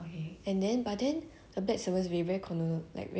ya then they talk like white people like that